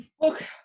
Look